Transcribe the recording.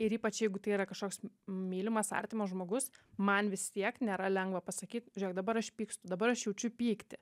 ir ypač jeigu tai yra kažkoks mylimas artimas žmogus man vis tiek nėra lengva pasakytižiūrėk dabar aš pykstu dabar aš jaučiu pyktį